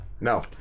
No